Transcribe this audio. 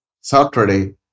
Saturday